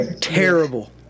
Terrible